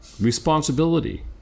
responsibility